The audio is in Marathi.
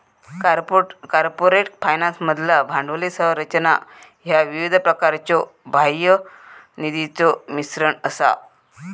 कॉर्पोरेट फायनान्समधला भांडवली संरचना ह्या विविध प्रकारच्यो बाह्य निधीचो मिश्रण असा